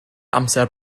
amser